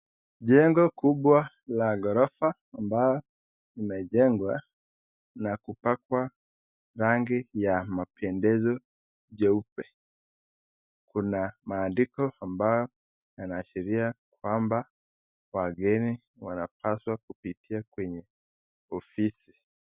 Jengo kubwa la ghorofa ambalo limejengwa na kupakwa rangi ya mapendezo jeupe. Kuna maandiko ambayo yanaashiria kwamba wageni wanapaswa kupitia kwenye ofisi.